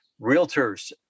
realtors